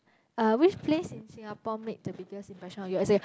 uh which place in Singapore make the biggest impression on you as in